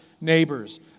neighbors